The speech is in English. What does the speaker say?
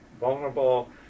vulnerable